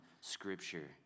scripture